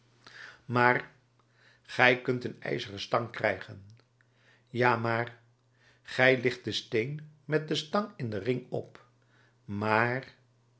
maar gij kunt een ijzeren stang krijgen ja maar gij licht den steen met den stang in den ring op maar